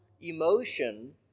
emotion